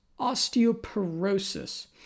osteoporosis